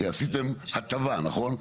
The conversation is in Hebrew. כי עשיתם הטבה, נכון?